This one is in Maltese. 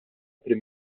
prim